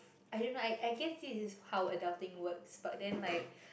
I don't know I I guess this is just how adulting works but then like